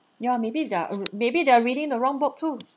yeah maybe they're r~ maybe they are reading the wrong book too